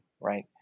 right